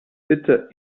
bitte